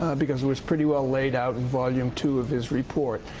ah because it was pretty well laid out in volume two of his report.